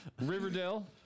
Riverdale